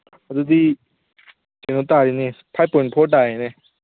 ꯑꯗꯨꯗꯤ ꯀꯩꯅꯣ ꯇꯥꯔꯦꯅꯦ ꯐꯥꯏꯚ ꯄꯣꯏꯟ ꯐꯣꯔ ꯇꯥꯔꯦꯅꯦ